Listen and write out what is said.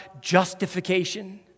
justification